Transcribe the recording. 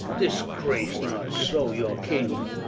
disgrace not so your king,